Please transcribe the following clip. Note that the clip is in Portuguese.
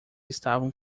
estavam